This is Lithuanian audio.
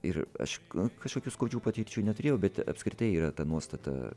ir aš kažkokių skaudžių patirčių neturėjau bet apskritai yra ta nuostata